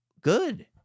good